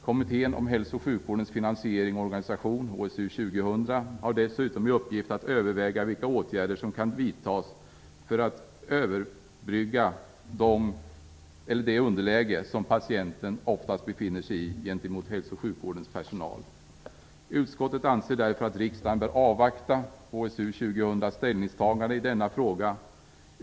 Kommittén om hälso och sjukvårdens finansiering och organisation, HSU 2000, har dessutom i uppgift att överväga vilka åtgärder som kan vidtas för att överbrygga det underläge som patienten ofta befinner sig i gentemot hälso och sjukvårdens personal. Utskottet anser därför att riksdagen bör avvakta HSU 2000:s ställningstagande i denna fråga.